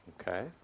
Okay